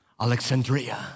Alexandria